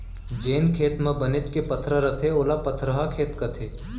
जेन खेत म बनेच के पथरा रथे ओला पथरहा खेत कथें